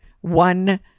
one